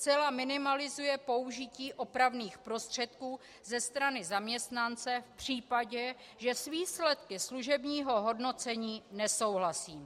Zcela minimalizuje použití opravných prostředků ze strany zaměstnance v případě, že s výsledky služebního hodnocení nesouhlasí.